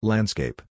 Landscape